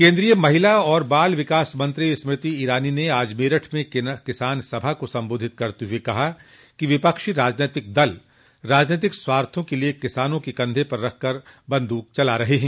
केन्द्रीय महिला और बाल विकास मंत्री स्मृति ईरानी ने आज मेरठ में किसान सभा को संबोधित करते हुए कहा कि विपक्षी राजनीतिक दल राजनैतिक स्वार्थ के लिये किसानों के कंधे पर रखकर बन्दूक चला रहे हैं